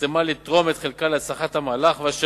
שנרתמה לתרום את חלקה להצלחת המהלך ואשר